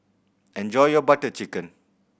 enjoy your Butter Chicken